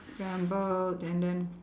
scrambled and then